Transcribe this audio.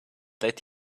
let